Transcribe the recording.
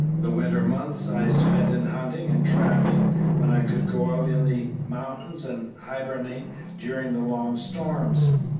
the winter months i spent in hunting and trapping when i could go out in the mountains, and hibernated during the long storms.